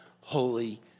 holy